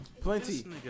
plenty